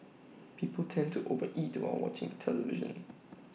people tend to over eat while watching television